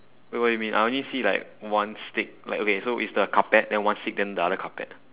wait what you mean I only see like one stick like okay so is the carpet then one stick then the other carpet